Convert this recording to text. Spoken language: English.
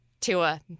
Tua